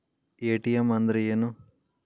ATM ಅಂದ್ರ ಏನು?